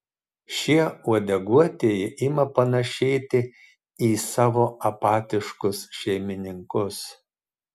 šie uodeguotieji ima panašėti į savo apatiškus šeimininkus